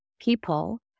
people